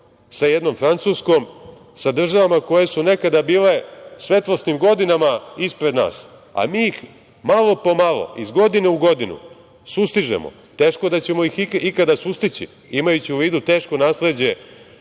sa jednom Francuskom, sa državama koje su nekada bile svetlosnim godinama ispred nas. Mi ih, malo po malo, iz godine u godinu, sustižemo. Teško da ćemo ih ikada sustići, imajući u vidu teško nasleđe